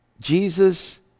Jesus